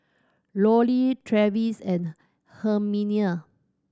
Lollie Travis and Herminia